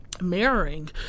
Mirroring